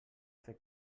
fer